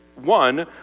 one